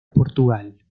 portugal